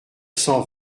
cent